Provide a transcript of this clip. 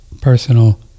personal